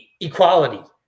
equality